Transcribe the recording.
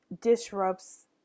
disrupts